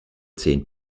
zehn